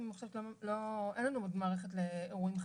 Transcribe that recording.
אין לנו מערכת לאירועים חריגים.